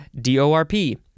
D-O-R-P